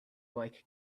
like